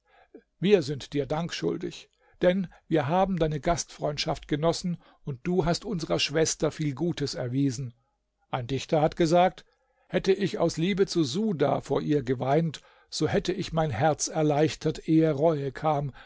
wir sind dir dank schuldig denn wir haben deine gastfreundschaft genossen und du hast unserer schwester viel gutes erwiesen ein dichter hat gesagt hätte ich aus liebe zu su'da vor ihrd h vor der taube su'da ist der name der geliebten geweint so hätte ich mein herz erleichtert ehe reue kam